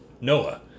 Noah